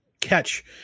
catch